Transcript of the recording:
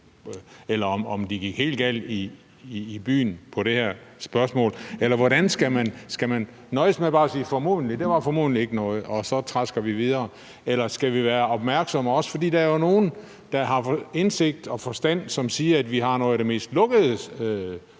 eller om de gik helt galt i byen i det her spørgsmål? Eller skal bare man nøjes med at sige, at det formodentlig ikke var noget, og at vi så trasker videre? Eller skal vi også være opmærksomme? For der er jo nogle, der har indsigt i det og forstand på det, som siger, at vi har nogle af de mest lukkede